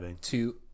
two